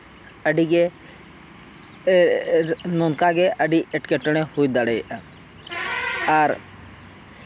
ᱟᱹᱰᱤ ᱜᱮᱼᱮ ᱱᱚᱝᱠᱟ ᱜᱮ ᱟᱹᱰᱤ ᱮᱸᱴᱠᱮᱴᱚᱬᱮ ᱦᱩᱭ ᱫᱟᱲᱮᱭᱟᱜᱼᱟ ᱟᱨ